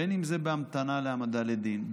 בין אם זה בהמתנה להעמדה לדין,